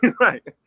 right